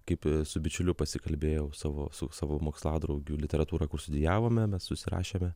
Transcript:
kaip su bičiuliu pasikalbėjau savo su savo moksladraugiu literatūrą kur studijavome mes susirašėme